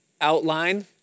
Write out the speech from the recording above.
outline